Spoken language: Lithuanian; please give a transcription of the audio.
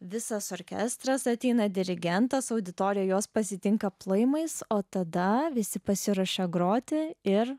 visas orkestras ateina dirigentas auditoriją jos pasitinka plojimais o tada visi pasiruošę groti ir